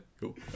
Cool